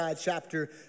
chapter